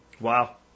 Wow